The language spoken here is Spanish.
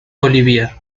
olivier